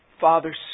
Father